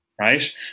right